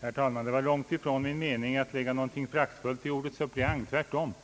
Herr talman! Det var långt ifrån min mening att lägga in något föraktfullt i ordet suppleant. Tvärtom.